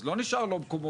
אז לא נשאר לו מקומות.